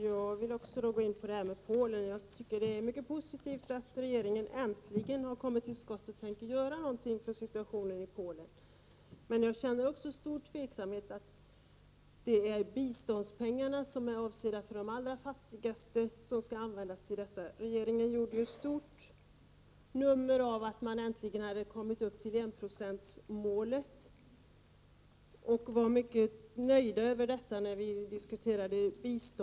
Herr talman! Även jag vill beröra problemen i Polen. Det är mycket positivt att regeringen äntligen har kommit till skott och tänker göra något med anledning av situationen i Polen. Men jag känner också stor tveksamhet, eftersom det är biståndspengarna, som är avsedda för de allra fattigaste, som skall användas till detta. Regeringen gjorde ju ett stort nummer av att man äntligen hade nått enprocentsmålet. Den var mycket nöjd över detta när biståndet diskuterades.